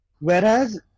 Whereas